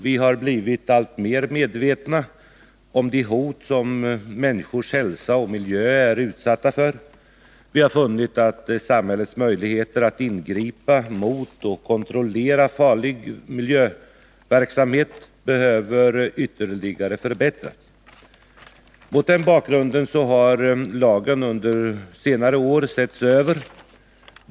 Vi har blivit alltmer medvetna om de hot som människors hälsa och milj är utsatta för. Vi har funnit att samhällets möjligheter att ingripa mot och kontrollera miljöfarlig verksamhet behöver ytterligare förbättras. Mot den bakgrunden har lagen under senare år setts över.